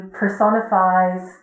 personifies